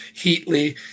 Heatley